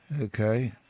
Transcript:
Okay